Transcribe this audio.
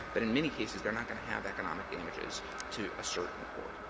but in many cases, they're not going to have economic damages to assert in court.